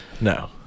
No